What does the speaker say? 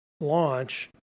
launch